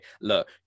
look